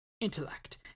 Intellect